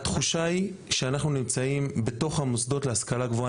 התחושה היא שאנחנו נמצאים בתוך המוסדות להשכלה גבוהה,